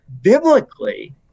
biblically